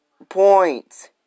points